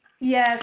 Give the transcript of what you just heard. Yes